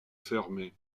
fermé